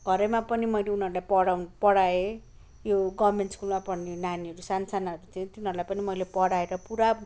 घरैमा पनि मैले उनाहरूलाई पढ पढाए यो गभर्मेन्ट स्कुलमा पढाने नानीहरूलाई सानो साना थिएँ तिनीहरूलाई पनि मैले पढाएर पुरा